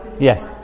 Yes